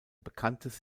bekanntes